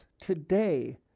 today